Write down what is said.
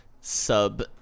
sub